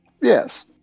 Yes